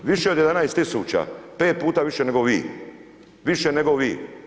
Više od 11 tisuća, 5 puta više nego vi, više nego vi.